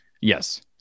Yes